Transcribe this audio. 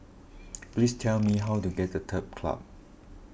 please tell me how to get to Turf Club